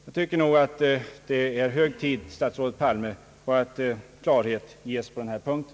Jag tycker att det är hög tid, statsrådet Palme, att klarhet ges på den här punkten.